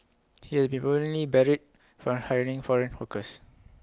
he has been permanently barred from hiring foreign workers